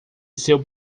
seu